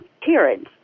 parents